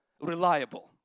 reliable